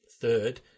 third